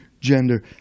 gender